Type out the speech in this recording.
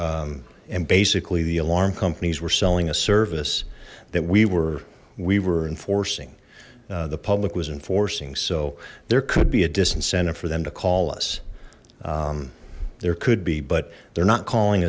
there and basically the alarm companies were selling a service that we were we were enforcing the public was enforcing so there could be a disincentive for them to call us there could be but they're not calling